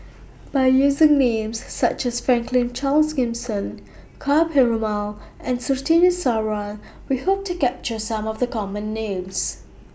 By using Names such as Franklin Charles Gimson Ka Perumal and Surtini Sarwan We Hope to capture Some of The Common Names